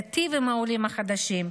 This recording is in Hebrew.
תיטיב עם העולים החדשים,